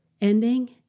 ending